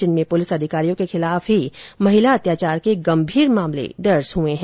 जिनमें पुलिस अधिकारियों के खिलाफ ही महिला अत्याचार के गंभीर मामले दर्ज हुए है